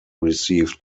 received